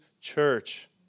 church